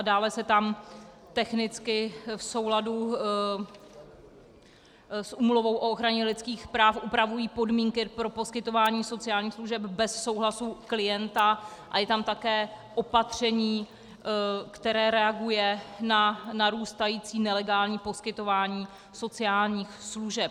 Dále se tam technicky v souladu s Úmluvou o ochraně lidských práv upravují podmínky pro poskytování sociálních služeb bez souhlasu klienta a je tam také opatření, které reaguje na narůstající nelegální poskytování sociálních služeb.